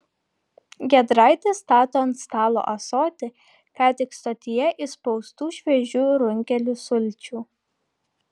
giedraitis stato ant stalo ąsotį ką tik stotyje išspaustų šviežių runkelių sulčių